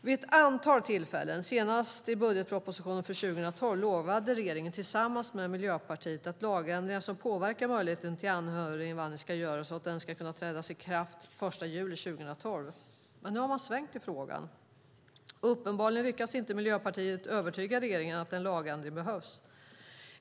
Vid ett antal tillfällen, senast i budgetpropositionen för 2012, lovade regeringen - tillsammans med Miljöpartiet - att lagändringar som påverkar möjligheten till anhöriginvandring ska göras och att det beslutet ska kunna träda i kraft den 1 juli 2012. Men nu har man svängt i frågan. Uppenbarligen lyckades Miljöpartiet inte övertyga regeringen om att en lagändring behövs.